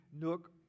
nook